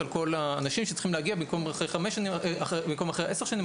על כל האנשים שצריכים להגיע במקום אחרי עשר שנים,